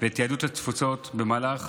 ואת יהדות התפוצות במהלך